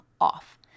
off